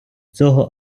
цього